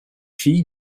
fille